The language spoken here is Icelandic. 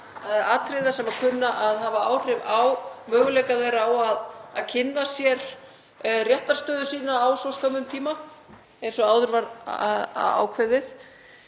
atriða sem kunna að hafa áhrif á möguleika þess á að kynna sér réttarstöðu sína á svo skömmum tíma eins og áður var ákveðið.